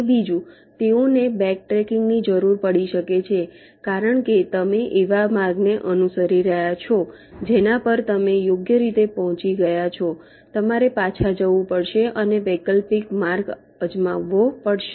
અને બીજું તેઓને બેકટ્રેકિંગની જરૂર પડી શકે છે કારણ કે તમે એવા માર્ગને અનુસરી રહ્યા છો કે જેના પર તમે યોગ્ય રીતે પહોંચી ગયા છો તમારે પાછા જવું પડશે અને વૈકલ્પિક માર્ગ અજમાવવો પડશે